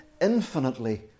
Infinitely